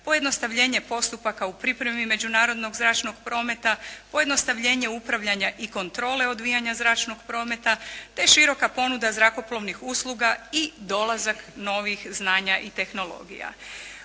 pojednostavljenje postupaka u pripremi međunarodnog zračnog prometa, pojednostavljenje upravljanja i kontrole odvijanja zračnog prometa te široka ponuda zrakoplovnih usluga i dolazak novih znanja i tehnologija.